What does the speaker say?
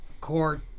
court